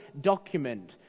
document